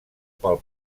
pel